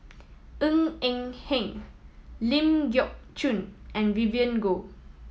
Ng Eng Hen Ling Geok Choon and Vivien Goh